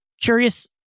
curious